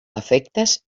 efectes